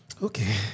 Okay